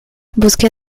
busqué